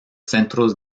centros